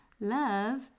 love